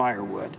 firewood